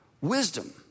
wisdom